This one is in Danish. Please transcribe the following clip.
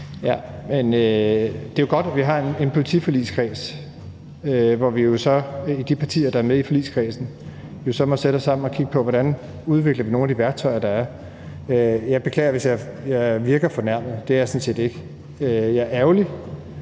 (S): Det er jo godt, at vi har en politiforligskreds, hvor vi så, de partier, der er med i forligskredsen, må sætte os sammen og kigge på, hvordan vi udvikler nogle af de værktøjer, der er. Jeg beklager, hvis jeg virker fornærmet. Det er jeg sådan set ikke. Jeg er ærgerlig,